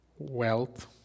Wealth